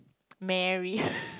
marry